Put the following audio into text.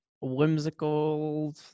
whimsical